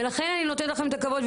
ולכן אני נותנת לכן את הכבוד.